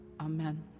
amen